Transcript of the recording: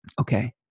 Okay